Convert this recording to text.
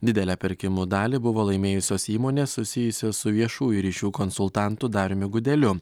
didelę pirkimų dalį buvo laimėjusios įmonės susijusios su viešųjų ryšių konsultantu dariumi gudeliu